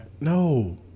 No